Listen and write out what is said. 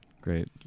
Great